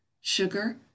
Sugar